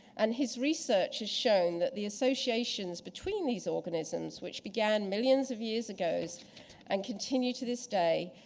and his research has shown that the associations between these organisms, which began millions of years ago is and continue to this day,